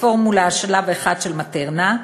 לפורמולה שלב 1 של "מטרנה".